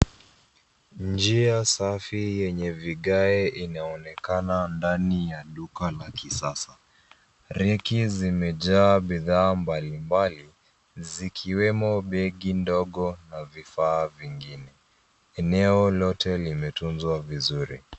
Njia safi yenye vigae inaonekana ndani ya duka ya kisasa. Regi zimejaa bidhaa mbalimbali zikiwemo begi ndogo na vifaa vingine. Eneo lote limetunzwa vizuri.